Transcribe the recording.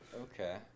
okay